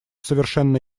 совершенно